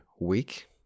week